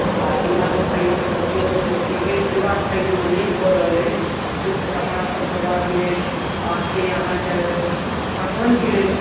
आओर इनारक पानिके उपयोग अखन पीबै पीबाक पानिमे नहि भऽ रहल अछि ओहिसँ कपड़ासभ धोबाक लेल आओर कि अहाँके पटवनके लेल